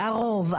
הרוב,